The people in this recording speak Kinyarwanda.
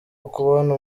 ukubona